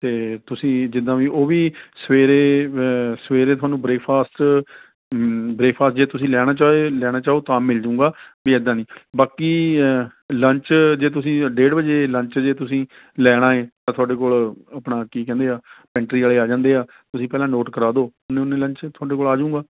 ਅਤੇ ਤੁਸੀਂ ਜਿੱਦਾਂ ਵੀ ਉਹ ਵੀ ਸਵੇਰੇ ਸਵੇਰੇ ਤੁਹਾਨੂੰ ਬਰੇਕਫਾਸਟ ਬਰੇਕਫਾਸਟ ਜੇ ਤੁਸੀਂ ਲੈਣਾ ਚਾਹੋ ਲੈਣਾ ਚਾਹੋ ਤਾਂ ਮਿਲ ਜਾਊਗਾ ਵੀ ਏਦਾਂ ਨਹੀਂ ਬਾਕੀ ਲੰਚ ਜੇ ਤੁਸੀਂ ਡੇਢ ਵਜੇ ਲੰਚ ਜੇ ਤੁਸੀਂ ਲੈਣਾ ਹੈ ਤਾਂ ਤੁਹਾਡੇ ਕੋਲ ਆਪਣਾ ਕੀ ਕਹਿੰਦੇ ਹੈ ਪੈਂਟਰੀ ਵਾਲੇ ਆ ਜਾਂਦੇ ਹੈ ਤੁਸੀਂ ਪਹਿਲਾਂ ਨੋਟ ਕਰਾ ਦਿਉ ਓਨੇ ਓਨੇ ਲੰਚ ਤੁਹਾਡੇ ਕੋਲ ਆ ਜਾਊਗਾ